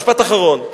משפט אחרון.